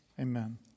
amen